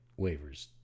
waivers